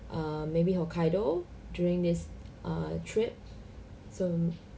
um maybe hokkaido during this err trip so